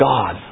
God